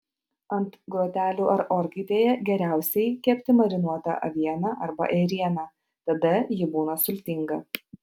ant grotelių ar orkaitėje geriausiai kepti marinuotą avieną arba ėrieną tada ji būna sultinga